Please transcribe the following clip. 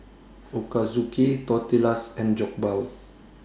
Ochazuke Tortillas and Jokbal